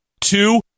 two